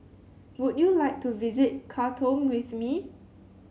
would you like to visit Khartoum with me